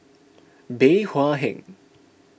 Bey Hua Heng